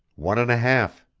one and a half!